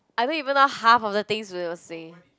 I don't even know half of the things saying